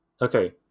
Okay